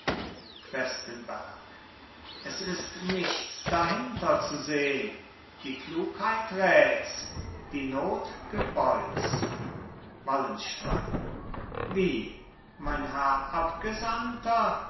questenberg es ist nichts dahinter zu sehn die klugheit räts die not gebeuts wallenstein wie mein herr abgesandter